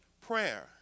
prayer